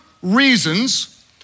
reasons